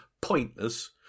pointless